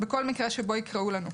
בכל מקרה שבו יקראו לנו.